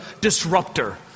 disruptor